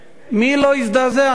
מי לא הזדעזע מזה?